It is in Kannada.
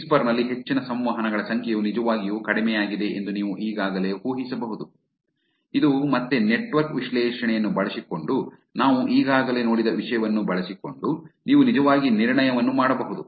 ವಿಸ್ಪರ್ ನಲ್ಲಿ ಹೆಚ್ಚಿನ ಸಂವಹನಗಳ ಸಂಖ್ಯೆಯು ನಿಜವಾಗಿಯೂ ಕಡಿಮೆಯಾಗಿದೆ ಎಂದು ನೀವು ಈಗಾಗಲೇ ಊಹಿಸಬಹುದು ಇದು ಮತ್ತೆ ನೆಟ್ವರ್ಕ್ ವಿಶ್ಲೇಷಣೆಯನ್ನು ಬಳಸಿಕೊಂಡು ನಾವು ಈಗಾಗಲೇ ನೋಡಿದ ವಿಷಯಗಳನ್ನು ಬಳಸಿಕೊಂಡು ನೀವು ನಿಜವಾಗಿ ನಿರ್ಣಯವನ್ನು ಮಾಡಬಹುದು